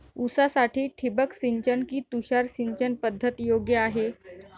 ऊसासाठी ठिबक सिंचन कि तुषार सिंचन पद्धत योग्य आहे?